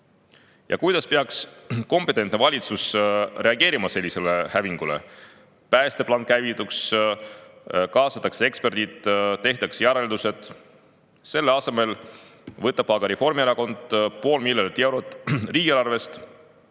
kasvuni. Kuidas peaks kompetentne valitsus reageerima sellisele hävingule? Päästeplaan käivituks, kaasataks eksperdid, tehtaks järeldused. Selle asemel võtab aga Reformierakond pool miljardit eurot riigieelarvest,